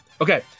Okay